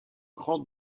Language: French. grande